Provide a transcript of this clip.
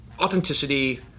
authenticity